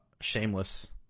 shameless